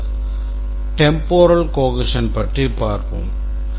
அடுத்து temporal cohesion பார்ப்போம்